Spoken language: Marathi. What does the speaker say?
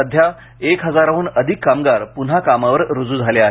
सध्या एक हजाराहून अधिक कामगार पुन्हा कामावर रूजू झाले आहेत